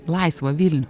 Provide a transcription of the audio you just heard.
laisvą vilnių